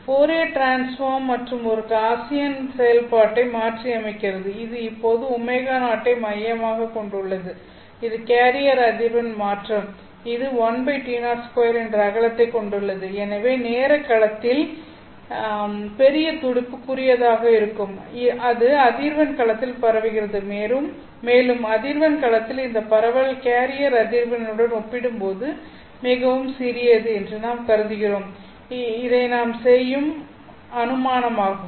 Fourier transform மற்றும் ஒரு Gaussian செயல்பாட்டை மாற்றியமைக்கிறது இது இப்போது ω0 ஐ மையமாகக் கொண்டுள்ளது இது கேரியர் அதிர்வெண் மற்றும் இது என்ற அகலத்தைக் கொண்டுள்ளது எனவே நேரக் களத்தில் பெரிய துடிப்பு குறுகியதாக இருக்கும் அது அதிர்வெண் களத்தில் பரவுகிறது மேலும் அதிர்வெண் களத்தில் இந்த பரவல் கேரியர் அதிர்வெண்ணுடன் ஒப்பிடும்போது மிகவும் சிறியது என்று நாம் கருதுகிறோம் இந்த நாம் செய்யும் அனுமானமாகும்